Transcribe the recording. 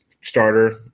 starter